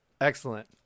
Excellent